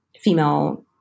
female